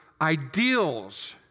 ideals